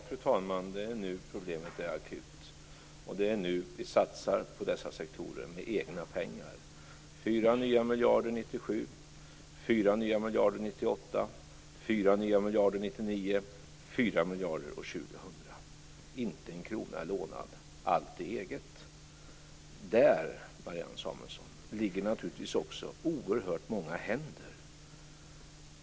Fru talman! Ja, det är nu som problemet är akut. Och det är nu som vi satsar på dessa sektorer med egna pengar - fyra nya miljarder 1997, fyra nya miljarder 1998, fyra nya miljarder 1999 och fyra nya miljarder år 2000. Inte en krona är lånad. Allt är eget. Där, Marianne Samuelsson, ligger naturligtvis också oerhört många händer.